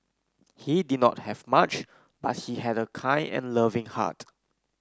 he did not have much but he had a kind and loving heart